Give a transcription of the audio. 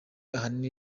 ahanini